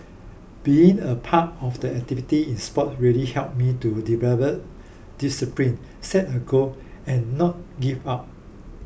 being a part of the activity in sport really helped me to develop discipline set a goal and not give up